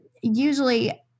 usually